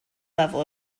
level